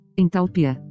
entalpia